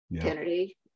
Kennedy